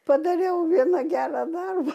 padariau vieną gerą darbą